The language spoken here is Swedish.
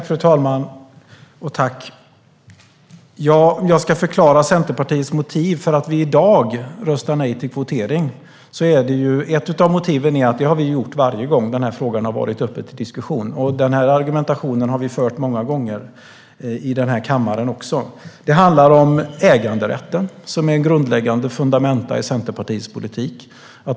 Fru talman! Jag ska förklara Centerpartiets motiv för att vi i dag röstar nej till kvotering. Ett av motiven är att det har vi gjort varje gång som den här frågan har varit uppe till diskussionen, och den argumentationen har vi fört många gånger i den här kammaren. Det handlar om äganderätten, som är ett grundläggande fundament i Centerpartiets politik.